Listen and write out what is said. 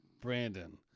Brandon